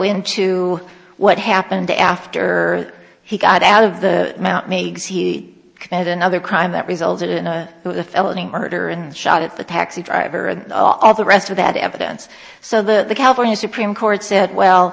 into what happened after he got out of the mount meigs he committed another crime that resulted in a felony murder and shot at the taxi driver and all the rest of that evidence so the california supreme court said well